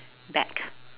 back